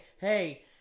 hey